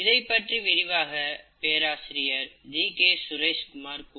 இதைப்பற்றி விரிவாக பேராசிரியர் G K Suresh Kumar Professor G